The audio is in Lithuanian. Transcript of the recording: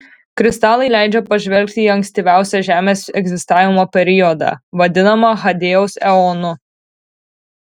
kristalai leidžia pažvelgti į ankstyviausią žemės egzistavimo periodą vadinamą hadėjaus eonu